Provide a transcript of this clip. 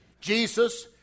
Jesus